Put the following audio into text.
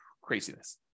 craziness